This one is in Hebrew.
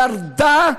ירדה.